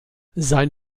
sein